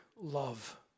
love